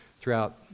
throughout